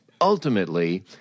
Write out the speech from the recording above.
ultimately